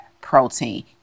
protein